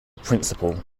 principal